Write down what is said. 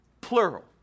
plural